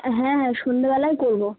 হ্যাঁ হ্যাঁ সন্ধ্যেবেলাই করব